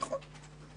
נכון.